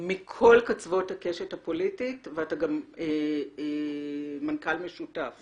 מכל קצווי הקשת הפוליטית ואתה גם מנכ"ל משותף